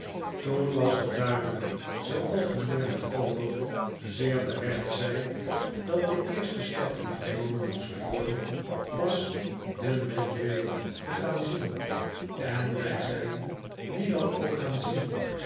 toen was het duidelijk zooals mijnheer micawber zeer terecht zei dat de eerste stap die genomen moest worden was de medway te gaan z i e n en wij zijn die dan ook gaan zien